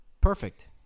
perfect